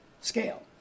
scale